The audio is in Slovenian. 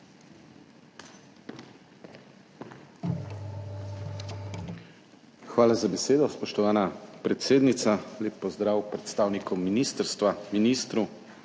Hvala za besedo, spoštovana predsednica. Lep pozdrav predstavnikom ministrstva, ministru,